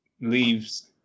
leaves